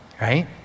right